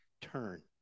turn